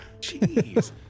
Jeez